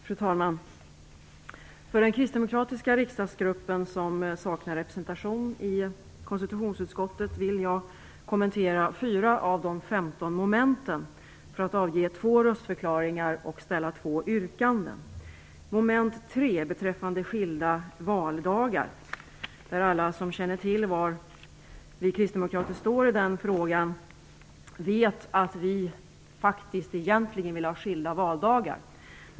Fru talman! För den kristdemokratiska riksdagsgruppen, som saknar representation i konstitutionsutskottet, vill jag kommentera 4 av de 15 momenten och avge två röstförklaringar samt ställa två yrkanden. Beträffande moment 3, skilda valdagar, vet alla som känner till var vi står i frågan att vi faktiskt vill ha skilda valdagar.